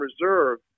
Reserve